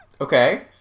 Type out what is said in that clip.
Okay